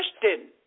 Christian